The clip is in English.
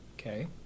Okay